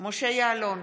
משה יעלון,